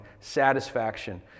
satisfaction